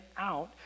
out